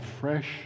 fresh